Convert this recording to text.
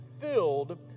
filled